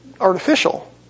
artificial